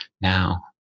now